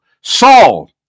Saul